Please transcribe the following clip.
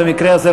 במקרה הזה,